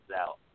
out